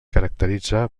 caracteritza